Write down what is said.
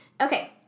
Okay